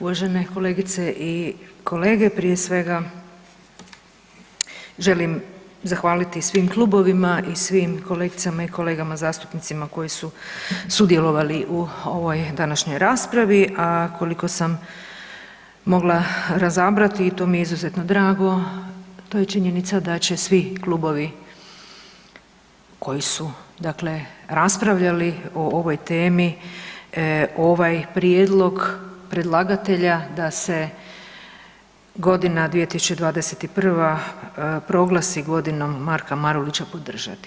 Uvažene kolegice i kolege, prije svega želim zahvaliti svim klubovima i svim kolegicama i kolegama zastupnicima koji sudjelovali u ovoj današnjoj raspravi, a koliko sam mogla razabrati i to mi je izuzetno drago to je činjenica da će svi klubovi koji su dakle raspravljali o ovoj temi ovaj prijedlog predlagatelja da se godina 2021. proglasi godinom Marka Marulića podržati.